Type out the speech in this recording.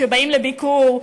כשבאים לביקור,